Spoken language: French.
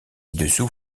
dessous